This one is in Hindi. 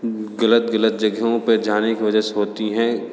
गलत गलत जगहों पर जाने के वजह से होती हैं